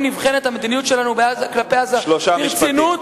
נבחנת המדיניות שלנו כלפי עזה ברצינות,